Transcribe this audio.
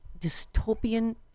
dystopian